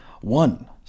One